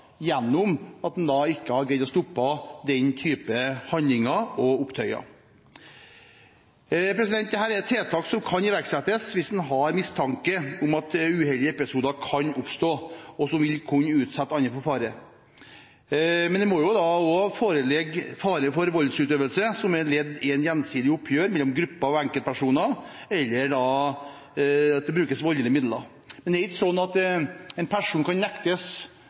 greid å stoppe den typen handlinger og opptøyer. Dette er tiltak som kan iverksettes hvis en har mistanke om at uheldige episoder som vil kunne utsette andre for fare, kan oppstå. Men det må foreligge fare for voldsutøvelse som ledd i et gjensidig oppgjør mellom grupper av enkeltpersoner, eller ved at det brukes voldelige midler. Det er ikke slik at en person kan nektes